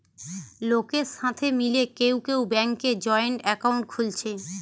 লোকের সাথে মিলে কেউ কেউ ব্যাংকে জয়েন্ট একাউন্ট খুলছে